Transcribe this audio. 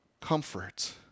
comfort